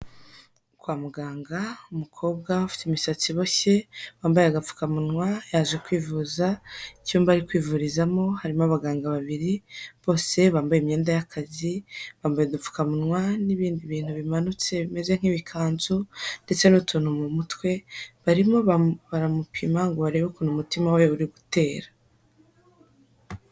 Kwa muganga umukobwa ufite imisatsi iboshye wambaye agapfukamunwa yaje kwivuza, icyumba ari kwivurizamo harimo abaganga babiri bose bambaye imyenda y'akazi, bambaye udupfukawa n'ibindi bintu bimanutse bimeze nk'ibikanzu ndetse n'utuntu mu mutwe, barimo baramupima ngo barebe ukuntu umutima we uri gutera.